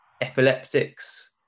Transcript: epileptics